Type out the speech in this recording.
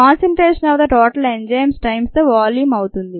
concentration of the total enzyme times the volume అవుతుంది